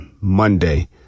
Monday